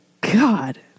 god